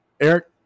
Eric